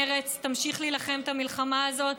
מרצ תמשיך להילחם את המלחמה הזאת,